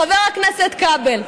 חבר הכנסת כבל,